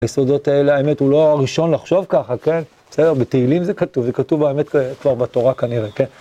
היסודות האלה, האמת, הוא לא הראשון לחשוב ככה, כן? בסדר, בתהילים זה כתוב, זה כתוב באמת כבר בתורה כנראה, כן?